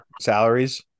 salaries